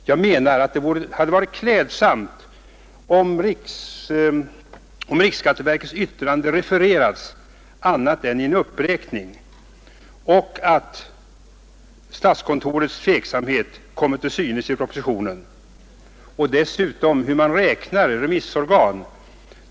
Jag menar att det hade varit klädsamt om riksskatteverkets yttrande redovisats på annat sätt än genom en uppräkning och statskontorets tveksamhet kommit till synes i propositionen. Och hur räknas remissorganen?